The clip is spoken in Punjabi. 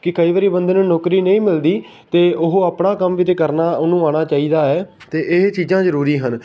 ਕਿ ਕਈ ਵਾਰੀ ਬੰਦੇ ਨੂੰ ਨੌਕਰੀ ਨਹੀਂ ਮਿਲਦੀ ਅਤੇ ਉਹ ਆਪਣਾ ਕੰਮ ਵੀ ਤਾਂ ਕਰਨਾ ਉਹਨੂੰ ਆਉਣਾ ਚਾਹੀਦਾ ਹੈ ਅਤੇ ਇਹ ਚੀਜ਼ਾਂ ਜ਼ਰੂਰੀ ਹਨ